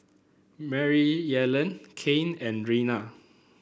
Maryellen Cain and Reina